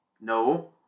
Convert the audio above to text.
No